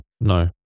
no